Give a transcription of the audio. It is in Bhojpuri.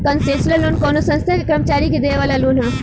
कंसेशनल लोन कवनो संस्था के कर्मचारी के देवे वाला लोन ह